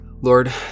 Lord